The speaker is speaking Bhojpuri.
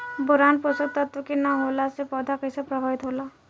बोरान पोषक तत्व के न होला से पौधा कईसे प्रभावित होला?